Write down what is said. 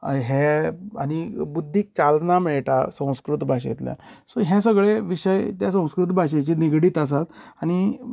हे आनीक बुद्दी चालना मेळटा संस्कृत भाशेतल्यान सो हे सगळे विशय त्या संस्कृत भाशेचे निगडीत आसात आनी